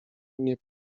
mnie